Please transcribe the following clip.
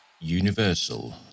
Universal